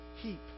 heap